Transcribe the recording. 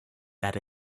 that